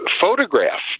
photograph